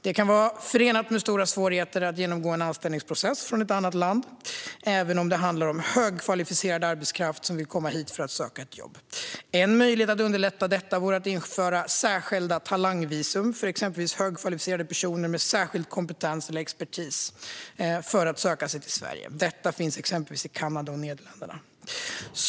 Det kan vara förenat med stora svårigheter att genomgå en anställningsprocess från ett annat land, även om det handlar om högkvalificerad arbetskraft som vill komma hit för att söka ett jobb. En möjlighet att underlätta detta vore att införa särskilda talangvisum för exempelvis högkvalificerade personer med särskild kompetens eller expertis som söker sig till Sverige. Detta finns till exempel i Kanada och Nederländerna.